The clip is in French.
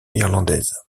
irlandaise